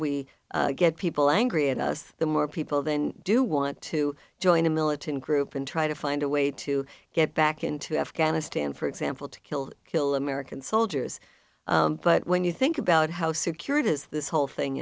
we get people angry at us the more people then do want to join a militant group and try to find a way to get back into afghanistan for example to kill kill american soldiers but when you think about how secure it is this whole thing